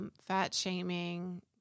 fat-shaming